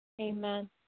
Amen